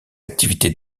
activités